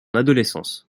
adolescence